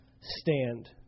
stand